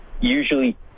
usually